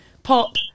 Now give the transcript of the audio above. pop